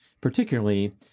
particularly